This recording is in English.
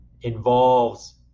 involves